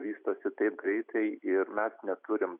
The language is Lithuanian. vystosi taip greitai ir mes neturim